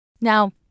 Now